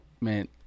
Man